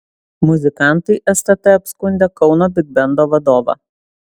muzikantai stt apskundė kauno bigbendo vadovą